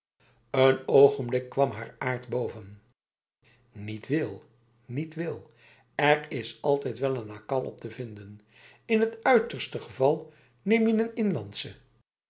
een ogenblik kwam haar aard boven niet wil niet wil er is altijd wel een akal op te vinden in het uiterste geval neem je een